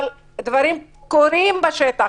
אבל דברים קורים בשטח,